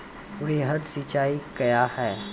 वृहद सिंचाई कया हैं?